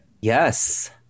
Yes